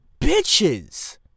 bitches